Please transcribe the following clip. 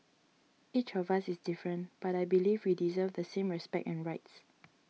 each of us is different but I believe we deserve the same respect and rights